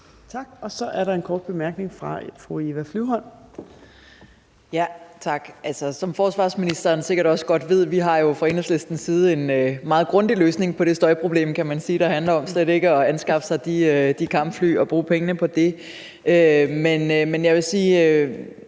Tak. Så er der en kort bemærkning fra fru Eva Flyvholm. Kl. 15:54 Eva Flyvholm (EL): Tak. Som forsvarsministeren sikkert også godt ved, har vi jo fra Enhedslistens side en meget grundig løsning på det støjproblem, og den handler om slet ikke at anskaffe sig de kampfly og bruge pengene på det. I forhold til